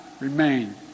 remain